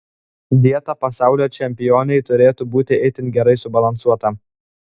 dieta pasaulio čempionei turėtų būti itin gerai subalansuota